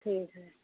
ठीक है